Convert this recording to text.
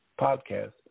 podcast